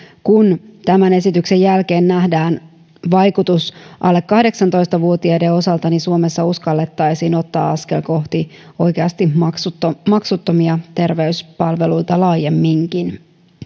kun tämän esityksen jälkeen nähdään vaikutus alle kahdeksantoista vuotiaiden osalta suomessa uskallettaisiin ottaa askel kohti oikeasti maksuttomia maksuttomia terveyspalveluita laajemminkin